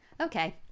Okay